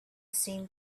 seemed